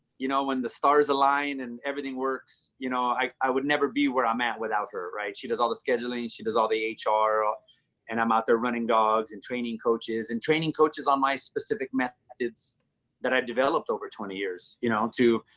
you know, when the stars align and everything works, you know i would never be where i'm at without her, right? she does all the scheduling and she does all the hr. and i'm out there running dogs and training coaches and training coaches on my specific methods that i developed over twenty years you know to,